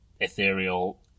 ethereal